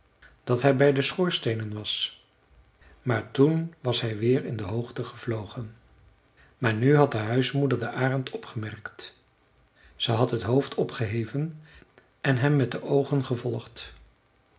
dat hij bij de schoorsteenen was maar toen was hij weer in de hoogte gevlogen maar nu had de huismoeder den arend opgemerkt ze had het hoofd opgeheven en hem met de oogen gevolgd